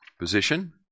position